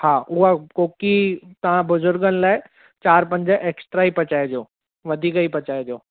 हा उहा कोकी तव्हां बुर्ज़ुगनि लाइ चारि पंज एक्सट्रा ई पचाइजो वधीक ई पचाइजो